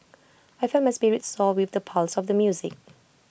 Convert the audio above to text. I felt my spirits soar with the pulse of the music